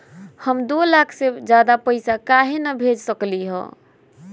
हम दो लाख से ज्यादा पैसा काहे न भेज सकली ह?